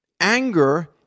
anger